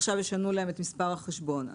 שעכשיו ישנו להם את מספר החשבון.